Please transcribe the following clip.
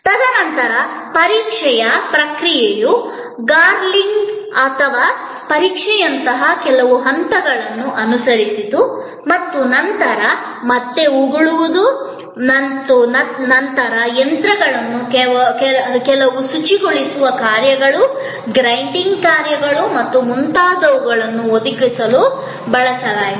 ತದನಂತರ ಪರೀಕ್ಷೆಯ ಪ್ರಕ್ರಿಯೆಯು ಗಾರ್ಗ್ಲಿಂಗ್ ಅಥವಾ ಪರೀಕ್ಷೆಯಂತಹ ಕೆಲವು ಹಂತಗಳನ್ನು ಅನುಸರಿಸಿತು ಮತ್ತು ನಂತರ ಮತ್ತೆ ಉಗುಳುವುದು ಮತ್ತು ನಂತರ ಮತ್ತೆ ಹೆಚ್ಚಿನ ಪರೀಕ್ಷೆ ಮತ್ತು ಕೆಲವು ಕ್ಲೀನಿಂಗ್ ಏಜೆಂಟ್ಗಳನ್ನು ಬಳಸಲಾಯಿತು ಮತ್ತು ಕೆಲವು ಯಂತ್ರಗಳನ್ನು ಕೆಲವು ಶುಚಿಗೊಳಿಸುವ ಕಾರ್ಯಗಳು ಗ್ರೈಂಡಿಂಗ್ ಕಾರ್ಯಗಳು ಮತ್ತು ಮುಂತಾದವುಗಳನ್ನು ಒದಗಿಸಲು ಬಳಸಲಾಯಿತು